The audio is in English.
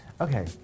Okay